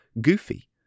goofy